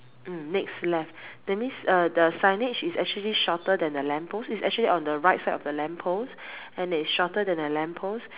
mm next left that means uh the signage is actually shorter than the lamp post it's actually on the right side of the lamp post and it's shorter than the lamp post